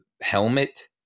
helmet